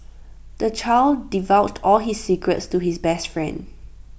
the child divulged all his secrets to his best friend